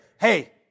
hey